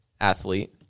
athlete